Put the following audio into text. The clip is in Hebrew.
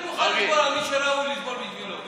אני מוכן לסבול על מי שראוי לסבול בשבילו.